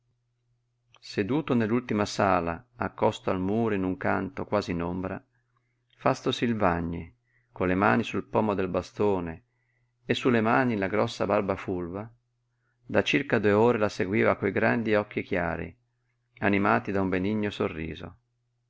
colori seduto nell'ultima sala accosto al muro in un canto quasi in ombra fausto silvagni con le mani sul pomo del bastone e su le mani la grossa barba fulva da circa due ore la seguiva coi grandi occhi chiari animati da un benigno sorriso